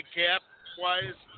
cap-wise